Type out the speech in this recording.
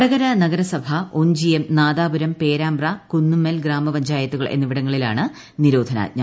വടകര നഗരസഭ ഒഞ്ചിയം നാദാപുരം പേരാമ്പ്ര കുമ്മൂമ്മ്ൽ ഗ്രാമപഞ്ചായത്തുകൾ എന്നിവിടങ്ങളിലാണ് സ്ത്രീർോധനാജ്ഞ